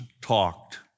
talked